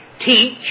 teach